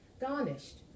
garnished